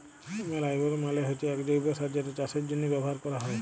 ম্যালইউর মালে হচ্যে এক জৈব্য সার যেটা চাষের জন্হে ব্যবহার ক্যরা হ্যয়